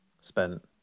spent